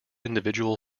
individual